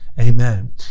amen